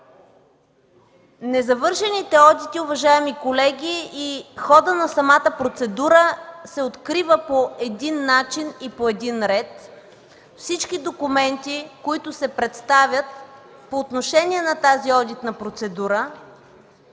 незавършените одити. Уважаеми колеги, ходът на процедурата на незавършените одити се открива по един начин и по един ред. Всички документи, които се представят по отношение на тази одитна процедура,